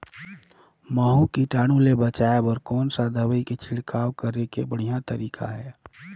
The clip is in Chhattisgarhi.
महू कीटाणु ले बचाय बर कोन सा दवाई के छिड़काव करे के बढ़िया तरीका हे?